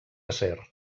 acer